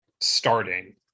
starting